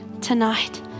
tonight